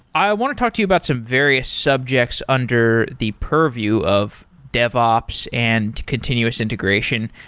i want to talk to you about some various subjects under the purview of devops and continuous integration.